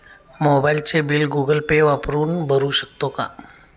मोबाइलचे bill Google Pay वापरून भरू शकतो का?